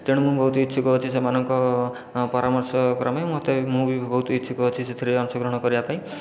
ତେଣୁ ମୁଁ ବହୁତ ଇଚ୍ଛୁକ ଅଛି ସେମାନଙ୍କ ପରାମର୍ଶ କ୍ରମେ ମୋତେ ମୁଁ ବି ବହୁତ ଇଚ୍ଛୁକ ଅଛି ସେଥିରେ ଅଂଶଗ୍ରହଣ କରିବାପାଇଁ